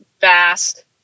vast